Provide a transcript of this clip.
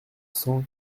cent